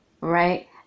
right